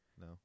No